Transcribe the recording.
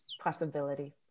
possibility